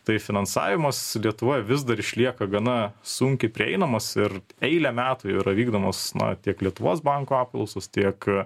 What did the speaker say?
tai finansavimas lietuvoj vis dar išlieka gana sunkiai prieinamas ir eilę metų yra vykdomos na tiek lietuvos banko apklausos tiek